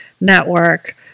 network